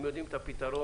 הם יודעים את הפתרון,